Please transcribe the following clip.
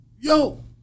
yo